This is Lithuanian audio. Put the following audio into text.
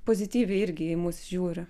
pozityviai irgi į mus žiūri